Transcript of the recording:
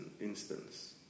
instance